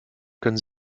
können